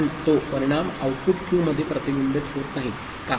पण तो परिणाम आऊटपुट Q मध्ये प्रतिबिंबित होत नाही का